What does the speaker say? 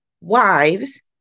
wives